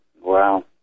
Wow